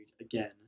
again